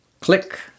Click